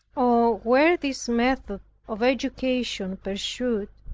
oh, were this method of education pursued,